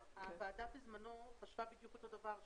הוועדה בזמנו חשבה בדיוק אותו דבר,